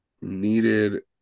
needed